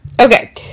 okay